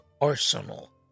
arsenal